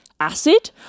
acid